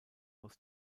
aus